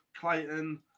Clayton